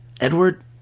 Edward